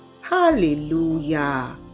hallelujah